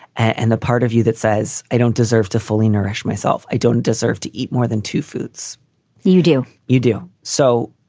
and the part of you that says, i don't deserve to fully nourish myself. i don't deserve to eat more than two foods you do. you do so.